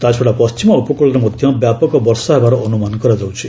ତାଛଡ଼ା ପଶ୍ଚିମ ଉପକୂଳରେ ମଧ୍ୟ ବ୍ୟାପକ ବର୍ଷା ହେବାର ଅନୁମାନ କରାଯାଉଛି